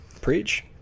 preach